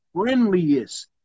friendliest